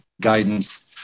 guidance